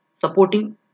Supporting